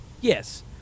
yes